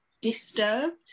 disturbed